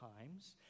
times